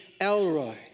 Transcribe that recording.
Elroy